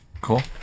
Cool